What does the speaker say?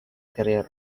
career